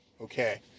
Okay